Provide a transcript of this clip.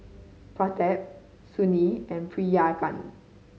Pratap Sunil and Priyanka